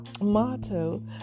motto